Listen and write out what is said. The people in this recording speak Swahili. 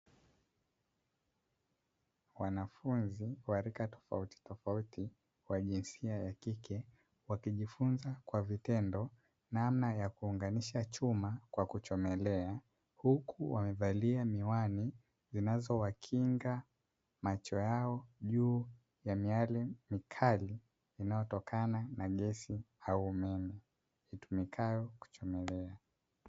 Wanafunzi wa rika tofautitofauti wa jinsia ya kike wakijifunza kwa vitendo namna ya kuunganisha chuma kwa kuchomelea, huku wamevalia miwani zinazowakinga macho yao juu ya miale mikali inayotokana na gesi au umeme itumikayo kuchomelea.